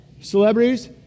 Celebrities